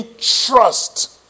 trust